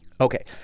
Okay